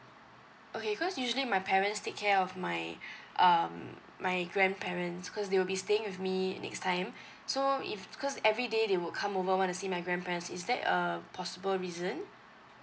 okay cause usually my parents take care of my um my grandparents cause they will be staying with me next time so if cause everyday they will come over wanna see my grandparents is that uh possible reason